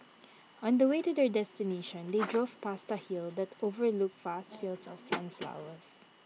on the way to their destination they drove past A hill that overlooked vast fields of sunflowers